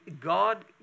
God